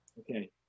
Okay